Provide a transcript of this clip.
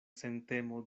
sentemo